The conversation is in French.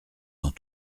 dans